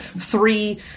three